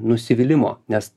nusivylimo nes